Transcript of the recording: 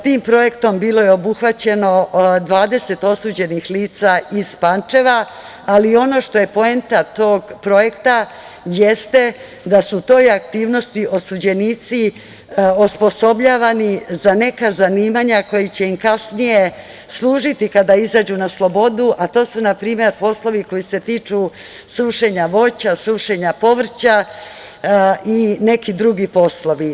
Tim projektom bilo je obuhvaćeno 20 osuđenih lica iz Pančeva, ali ono što je poenta tog projekta jeste da su u toj aktivnosti osuđenici osposobljavani za neka zanimanja koja će im kasnije služiti kada izađu na slobodu, a to su na primer poslovi koji se tiču sušenja voća, sušenja povrća i neki drugi poslovi.